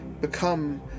become